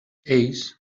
ells